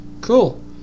Cool